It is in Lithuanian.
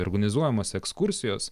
organizuojamos ekskursijos